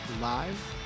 Live